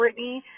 Britney